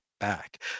Back